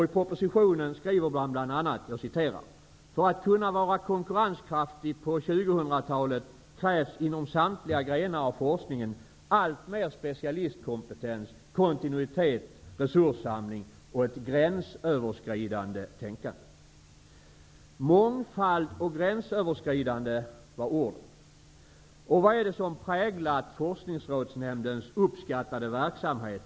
I propositionen skriver man bl.a.: ''För att kunna vara konkurrenskraftig på 2000-talet krävs inom samtliga grenar av forskningen alltmer specialistkompetens, kontinuitet, resurssamling och ett gränsöverskridande tänkande.'' Mångfald och gränsöverskridande var orden. Vad är det som präglar Forskningsrådsnämndens uppskattade verksamhet?